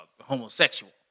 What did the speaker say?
homosexual